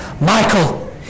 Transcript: Michael